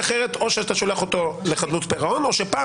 אחרת או שאתה שולח אותו לחדלות פירעון או שפעם